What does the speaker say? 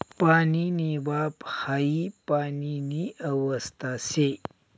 पाणीनी वाफ हाई पाणीनी अवस्था शे